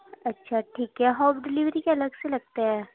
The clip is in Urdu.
اچھا ٹھیک ہے ہوم ڈیلیوری کا الگ سے لگتا ہے